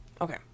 Okay